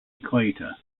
equator